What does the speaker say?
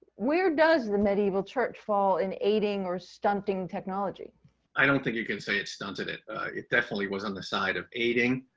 where does the medieval church fall in aiding or stunting technology? john i don't think you can say it stunted it. it definitely was on the side of aiding.